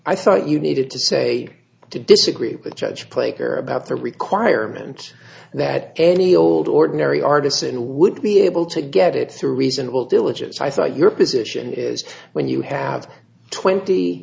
i thought you needed to say to disagree with judge play care about the requirement that any old ordinary artists in a would be able to get it through reasonable diligence i thought your position is when you have twenty